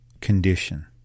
condition